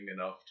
enough